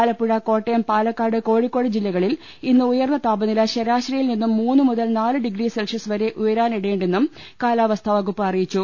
ആലപ്പുഴ കോട്ടയം പാലക്കാട് കോഴിക്കോട് ജില്ലകളിൽ ഇന്ന് ഉയർന്ന താപനില ശരാശരിയിൽ നിന്നും മൂന്ന് മുതൽ നാല് ഡിഗ്രി സെൽഷ്യസ് വരെ ഉയരാനിടയുണ്ടെന്നും കാലാവസ്ഥാ വകുപ്പ് അറിയിച്ചു